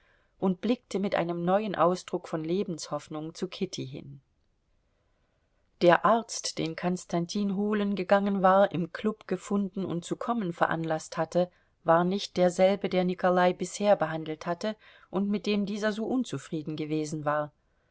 und blickte mit einem neuen ausdruck von lebenshoffnung zu kitty hin der arzt den konstantin holen gegangen war im klub gefunden und zu kommen veranlaßt hatte war nicht derselbe der nikolai bisher behandelt hatte und mit dem dieser so unzufrieden gewesen war